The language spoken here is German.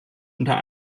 unter